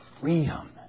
freedom